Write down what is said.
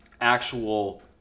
actual